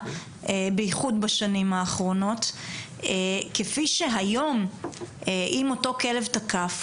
ובייחוד בשנים האחרונות - כפי שהיום אם אותו כלב תקף,